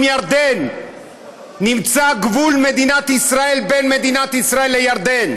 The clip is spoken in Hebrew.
ירדן נמצא גבול מדינת ישראל בין מדינת ישראל לירדן,